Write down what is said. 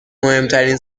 مهمترین